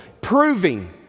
proving